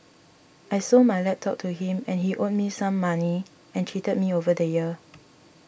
I sold my laptop to him and he owed me some money and cheated me over the year